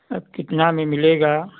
अब कितना में मिलेगा